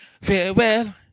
farewell